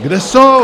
Kde jsou?